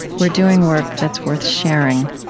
we're doing work that's worth sharing.